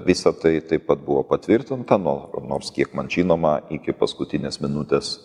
visa tai taip pat buvo patvirtinta nuo nors kiek man žinoma iki paskutinės minutės